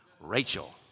Rachel